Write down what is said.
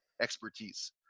expertise